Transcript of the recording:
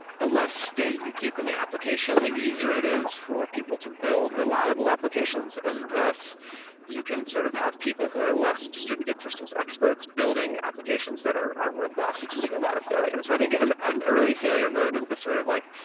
the less state you keep in the application, the easier it is for people to build reliable applications, and thus you can sort of have people who are less distributed systems experts building applications that are are robust to a lot of failures. i think an an early failure mode is the sort of like,